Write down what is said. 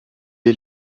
est